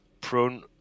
prone